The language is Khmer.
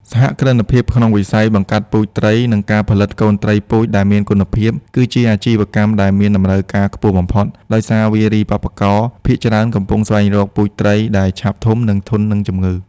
សហគ្រិនភាពក្នុងវិស័យបង្កាត់ពូជត្រី និងការផលិតកូនត្រីពូជដែលមានគុណភាព គឺជាអាជីវកម្មដែលមានតម្រូវការខ្ពស់បំផុត ដោយសារវារីវប្បករភាគច្រើនកំពុងស្វែងរកពូជត្រីដែលឆាប់ធំ និងធន់នឹងជំងឺ។